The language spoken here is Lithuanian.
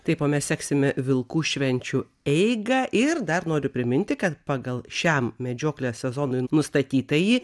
taip o mes seksime vilkų švenčių eigą ir dar noriu priminti kad pagal šiam medžioklės sezonui nustatytąjį